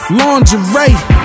lingerie